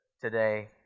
today